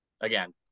again